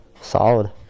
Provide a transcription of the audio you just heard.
solid